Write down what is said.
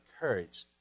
courage